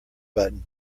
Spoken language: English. button